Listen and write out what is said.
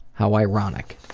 how ironic.